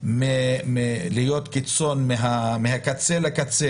ללכת מקצה לקצה.